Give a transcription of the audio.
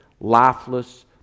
lifeless